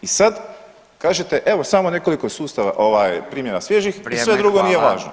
I sad kažete evo samo nekoliko sustava ovaj primjera svježih [[Upadica: Vrijeme, hvala.]] i sve drugo nije važno.